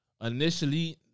initially